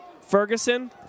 Ferguson